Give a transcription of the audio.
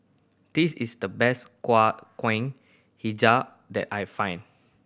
this is the best hijau that I find